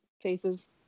faces